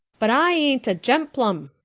but i ain't a gemplum.